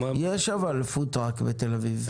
אבל יש פוד-טראק בתל אביב.